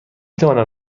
توانم